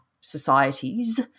societies